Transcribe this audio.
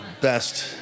best